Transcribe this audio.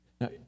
Now